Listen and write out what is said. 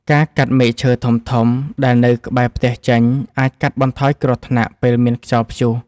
ការកាត់មែកឈើធំៗដែលនៅក្បែរផ្ទះចេញ អាចកាត់បន្ថយគ្រោះថ្នាក់ពេលមានខ្យល់ព្យុះ។